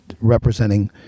representing